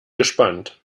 gespannt